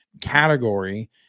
category